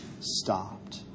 stopped